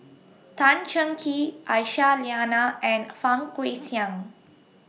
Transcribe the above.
Tan Cheng Kee Aisyah Lyana and Fang Guixiang